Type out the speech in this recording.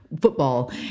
football